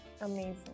Amazing